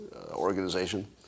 organization